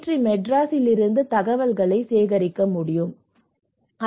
D மெட்ராஸிலிருந்து தகவல்களை சேகரிக்கிறீர்கள் என்றால் ஐ